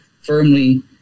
firmly